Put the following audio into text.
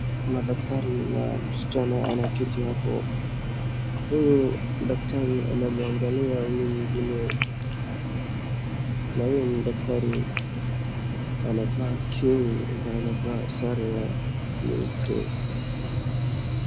Kuna daktari na msichana anaketi hapo, huyu daktari anamwangalia huyu mwingine, na huyu ni daktari anavaa kiuno na anavaa sare ya nyeupe.